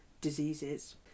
diseases